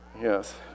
Yes